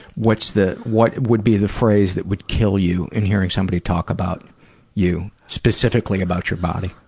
what's the, what would be the phrase that would kill you in hearing somebody talk about you, specifically about your body?